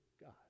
God